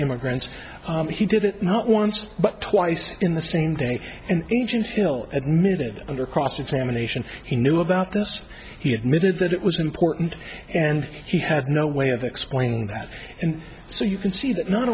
immigrants and he did it not once but twice in the same day and age until admitted under cross examination he knew about this he admitted that it was important and he had no way of explaining that and so you can see that not